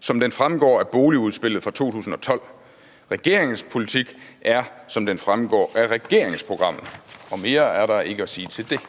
som den fremgår af boligudspillet fra 2012. Regeringens politik er, som den fremgår af regeringsprogrammet, og mere er der ikke at sige til det.